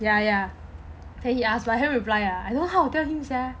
ya ya then he asked but I haven't reply ah I don't know how to reply him sia